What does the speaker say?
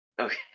Okay